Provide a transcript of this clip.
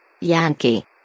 yankee